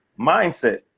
mindset